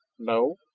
no,